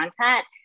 content